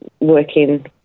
working